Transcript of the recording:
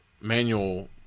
manual